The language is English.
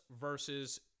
versus